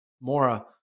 Mora